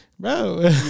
Bro